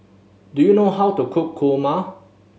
do you know how to cook kurma